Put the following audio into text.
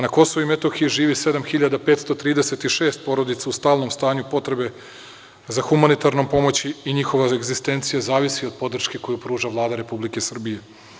Na Kosovu i Metohiji živi 7.536 porodica u stalnom stanju potrebe za humanitarnom pomoći i njihova egzistencija zavisi od podrške koju pruža Vlada Republike Srbije.